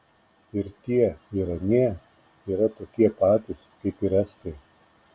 ir tie ir anie yra tokie patys kaip ir estai